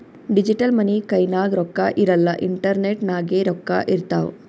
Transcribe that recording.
digital money ಕೈನಾಗ್ ರೊಕ್ಕಾ ಇರಲ್ಲ ಇಂಟರ್ನೆಟ್ ನಾಗೆ ರೊಕ್ಕಾ ಇರ್ತಾವ್